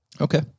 Okay